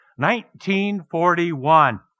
1941